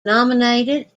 nominated